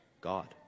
God